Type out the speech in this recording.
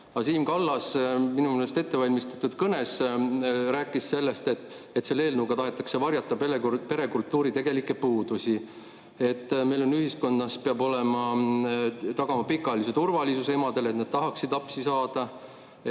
Siim Kallas oma minu meelest ettevalmistatud kõnes rääkis sellest, et selle eelnõuga tahetakse varjata perekultuuri tegelikke puudusi, et meie ühiskonnas peab tagama pikaajalise turvalisuse emadele, et nad tahaksid lapsi saada,